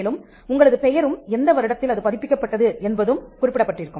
மேலும் உங்களது பெயரும் எந்த வருடத்தில் அது பதிப்பிக்கப்பட்டது என்பதும் குறிப்பிடப்பட்டிருக்கும்